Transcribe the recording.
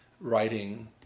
writing